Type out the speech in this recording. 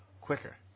quicker